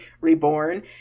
reborn